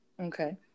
Okay